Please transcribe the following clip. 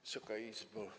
Wysoka Izbo!